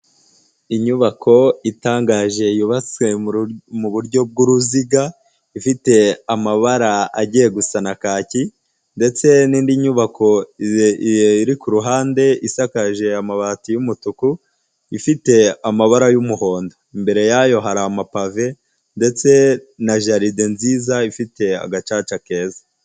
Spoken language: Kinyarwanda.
Inyubako itangaje yubatswe mu buryo bw'uruziga, ifite amabara agiye gusa na kaki, ndetse n'indi nyubako iri ku ruhande isakaje amabati y'umutuku, ifite amabara y'umuhondo, imbere yayo hari amapave, ndetse na jaride nziza, ifite agacaca keza.